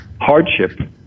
hardship